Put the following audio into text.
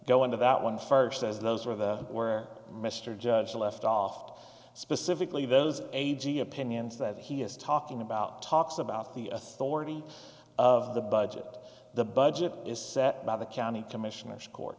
go into that one first as those are the where mr judge left off specifically those a g opinions that he is talking about talks about the authority of the budget the budget is set by the county commissioners co